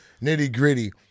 nitty-gritty